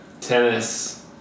Tennis